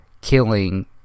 killing